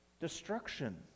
Destruction